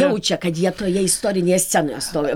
jaučia kad jie toje istorinėje scenoje stovi